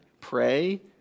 Pray